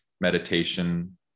meditation